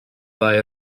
ddau